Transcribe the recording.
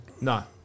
No